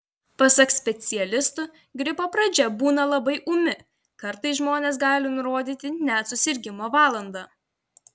pasak specialistų gripo pradžia būna labai ūmi kartais žmonės gali nurodyti net susirgimo valandą